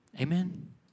Amen